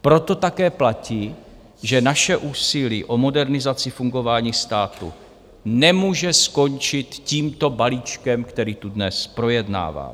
Proto také platí, že naše úsilí o modernizaci fungování státu nemůže skončit tímto balíčkem, který tu dnes projednáváme.